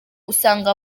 usanga